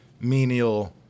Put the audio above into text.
menial